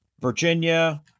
Virginia